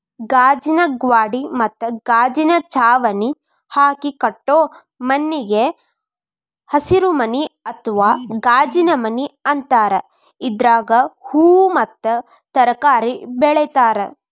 ಗಾಜಿನ ಗ್ವಾಡಿ ಮತ್ತ ಗಾಜಿನ ಚಾವಣಿ ಹಾಕಿ ಕಟ್ಟೋ ಮನಿಗೆ ಹಸಿರುಮನಿ ಅತ್ವಾ ಗಾಜಿನಮನಿ ಅಂತಾರ, ಇದ್ರಾಗ ಹೂವು ಮತ್ತ ತರಕಾರಿ ಬೆಳೇತಾರ